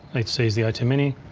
it sees the atem mini,